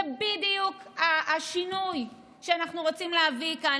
זה בדיוק השינוי שאנחנו רוצים להביא כאן,